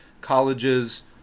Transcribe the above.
colleges